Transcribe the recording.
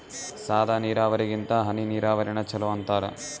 ಸಾದ ನೀರಾವರಿಗಿಂತ ಹನಿ ನೀರಾವರಿನ ಚಲೋ ಅಂತಾರ